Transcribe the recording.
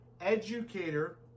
educator